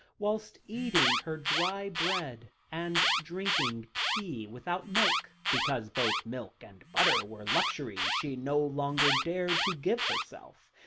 whilst eating her dry bread, and drinking tea without milk, because both milk and butter were luxuries she no longer dared to give herself,